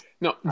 No